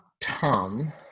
Tom